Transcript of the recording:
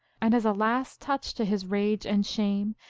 and as a last touch to his rage and shame,